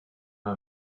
her